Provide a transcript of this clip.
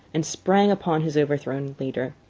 and sprang upon his overthrown leader.